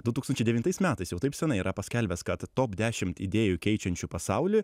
du tūkstančiai devintais metais jau taip senai yra paskelbęs kad top dešimt idėjų keičiančių pasaulį